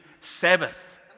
Sabbath